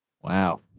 Wow